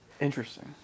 Interesting